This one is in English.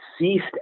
ceased